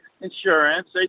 insurance